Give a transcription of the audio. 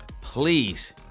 Please